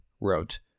wrote